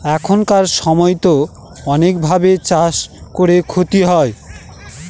এখানকার সময়তো অনেক ভাবে চাষ করে ক্ষতি হয়